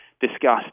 discussed